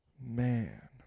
Man